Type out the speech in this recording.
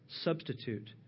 substitute